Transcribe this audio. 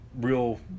real